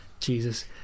Jesus